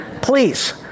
please